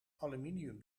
aluminium